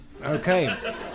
Okay